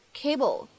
cable